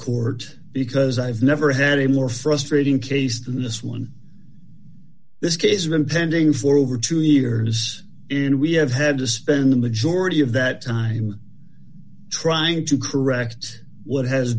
court because i've never had a more frustrating case than this one this case been pending for over two years in we have had to spend the majority of that time trying to correct what has